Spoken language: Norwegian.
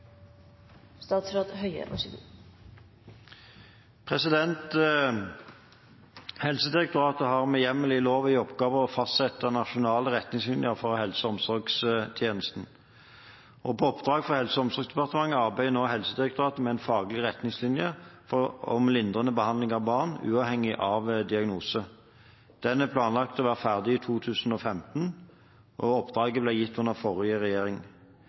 Helsedirektoratet har med hjemmel i lov i oppgave å fastsette nasjonale retningslinjer for helse- og omsorgstjenesten. På oppdrag fra Helse- og omsorgsdepartementet arbeider nå Helsedirektoratet med en faglig retningslinje om lindrende behandling av barn, uavhengig av diagnose. Den er planlagt å være ferdig i 2015, og oppdraget ble gitt under den forrige